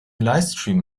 livestream